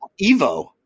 Evo